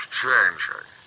changing